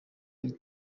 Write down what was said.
iri